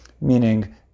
meaning